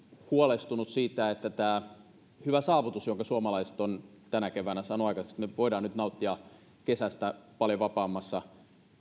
huolestunut siitä että tämä hyvä saavutus jonka suomalaiset ovat tänä keväänä saaneet aikaiseksi että me voimme nyt nauttia kesästä paljon vapaammassa